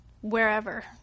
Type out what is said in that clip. wherever